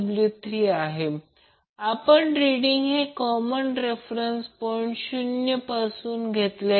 P2 P1 असेल तर load inductive असेल जर P2 P1 असेल तर लोड कपासीटीव्ह असेल